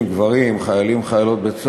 וזו